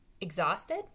exhausted